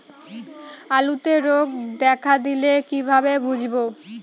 আলুতে রোগ দেখা দিলে কিভাবে বুঝবো?